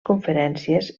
conferències